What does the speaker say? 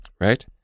Right